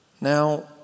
Now